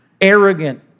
arrogant